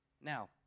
Now